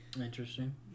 Interesting